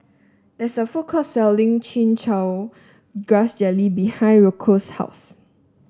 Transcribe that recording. there is a food court selling Chin Chow Grass Jelly behind Roscoe's house